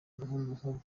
nk’ubu